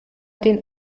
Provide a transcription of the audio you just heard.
den